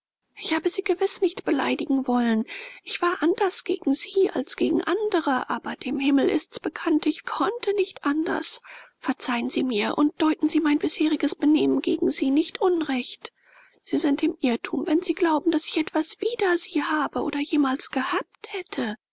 ich habe sie gewiß nicht beleidigen wollen ich war anders gegen sie als gegen andere aber dem himmel ist's bekannt ich konnte nicht anders verzeihen sie mir und deuten sie mein bisheriges benehmen gegen sie nicht unrecht sie sind im irrtum wenn sie glauben daß ich etwas wider sie habe oder jemals gehabt hätte